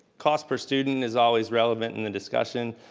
cost per student is always relevant in the discussion.